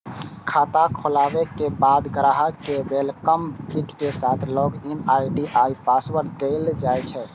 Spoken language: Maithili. खाता खोलाबे के बाद ग्राहक कें वेलकम किट के साथ लॉग इन आई.डी आ पासवर्ड देल जाइ छै